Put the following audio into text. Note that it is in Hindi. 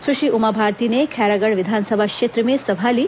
सुश्री उमा भारती ने खैरागढ़ विधानसभा क्षेत्र में सभा ली